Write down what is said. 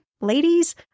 ladies